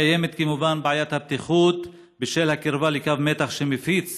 קיימת כמובן בעיית הבטיחות בשל הקרבה לקו מתח שמפיץ